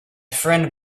friend